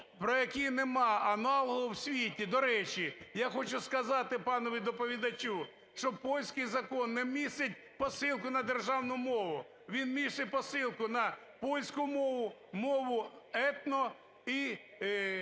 про які нема аналогу у світі. До речі, я хочу сказати панові доповідачу, що польський закон не містить посилку на державну мову, він містить посилку на польську мову, мову етно і